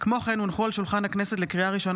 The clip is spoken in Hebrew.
9 משה סולומון (הציונות הדתית): 11 ווליד טאהא